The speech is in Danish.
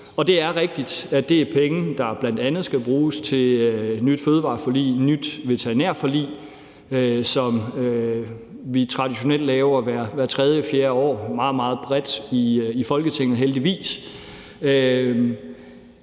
og det er rigtigt, at det er penge, der bl.a. skal bruges til et nyt fødevareforlig og et nyt veterinærforlig, som vi traditionelt laver hvert tredje-fjerde år meget, meget bredt i Folketinget, heldigvis.